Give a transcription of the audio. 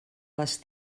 les